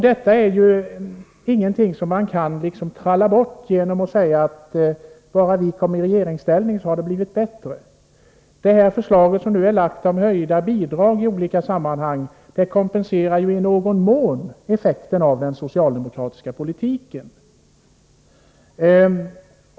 Detta är ju ingenting som man kan trolla bort genom att säga att bara vi kom i regeringsställning, så blev det bättre. De höjda bidrag i olika sammanhang som nu föreslås kompenserar i någon mån effekterna av den socialdemokratiska politiken.